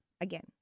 again